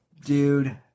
dude